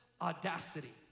audacity